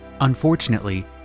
unfortunately